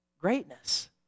greatness